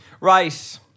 Right